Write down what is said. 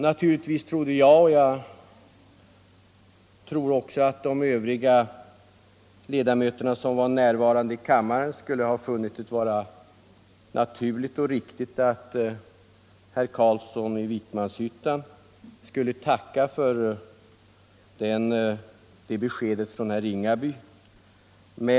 Naturligtvis hade jag — och det tror jag gäller även de övriga ledamöter som var närvarande i kammaren — funnit det naturligt och riktigt att herr Carlsson i Vikmanshyttan hade tackat för det erkännandet från herr Ringabys sida.